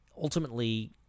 ultimately